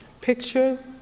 picture